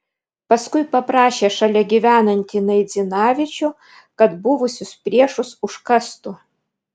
paskui paprašė šalia gyvenantį naidzinavičių kad buvusius priešus užkastų